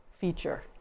feature